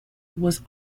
was